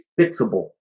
fixable